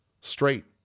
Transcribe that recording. straight